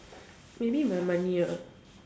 maybe my money ah